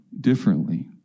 differently